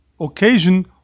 occasion